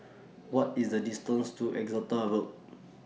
What IS The distance to Exeter Road